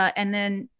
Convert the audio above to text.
and then